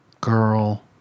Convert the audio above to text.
girl